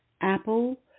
Apple